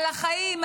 על החיים,